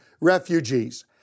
refugees